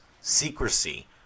secrecy